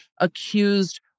accused